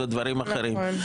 ודברים אחרים.